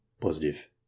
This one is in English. Positive